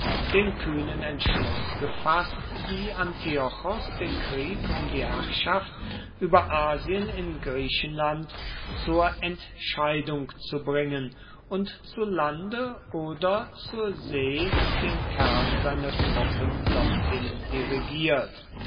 den kühnen entschluß gefaßt wie antiochos den krieg um die herrschaft über asien in griechenland zur entscheidung zu bringen und zu lande oder zur see den kern seiner truppen dorthin dirigiert